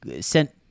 sent